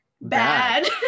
bad